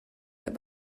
that